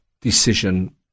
decision